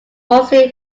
mostly